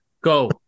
go